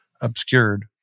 obscured